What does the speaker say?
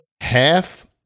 half